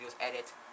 edit